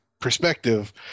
perspective